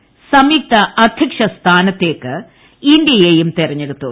R ന്റെ സംയുക്ത അദ്ധ്യക്ഷ സ്ഥാനത്തേക്ക് ഇന്ത്യയെയും തെരഞ്ഞെടുത്തു